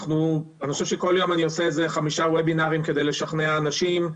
אני חושב שכל יום אני עושה חמישה ובינרים כדי לשכנע אנשים,